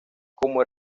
como